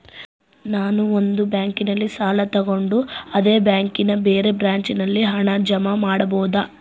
ನಾನು ಒಂದು ಬ್ಯಾಂಕಿನಲ್ಲಿ ಸಾಲ ತಗೊಂಡು ಅದೇ ಬ್ಯಾಂಕಿನ ಬೇರೆ ಬ್ರಾಂಚಿನಲ್ಲಿ ಹಣ ಜಮಾ ಮಾಡಬೋದ?